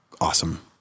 awesome